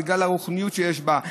בגלל הרוחניות שיש בה,